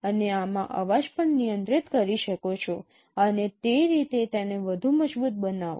તમે આમાં અવાજ પણ નિયંત્રિત કરી શકો છો અને તે રીતે તેને વધુ મજબૂત બનાવો